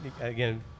Again